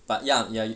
but ya ya